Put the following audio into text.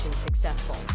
successful